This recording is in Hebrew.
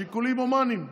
שיקולים הומניים.